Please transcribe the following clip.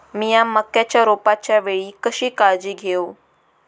मीया मक्याच्या रोपाच्या वेळी कशी काळजी घेव?